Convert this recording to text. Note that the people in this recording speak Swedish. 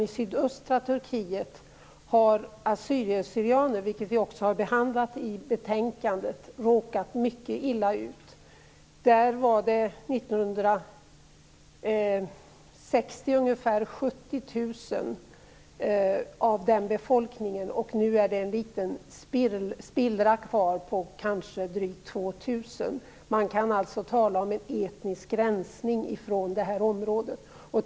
I sydöstra Turkiet har assyrierna/syrianerna, vilket vi också har behandlat i betänkandet, råkat mycket illa ut. Den befolkningen bestod år 1960 av ungefär 70 000 människor. Nu är det en liten spillra kvar på kanske drygt 2 000 människor. Man kan alltså tala om en etnisk rensning från det här området.